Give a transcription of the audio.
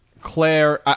Claire